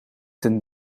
ten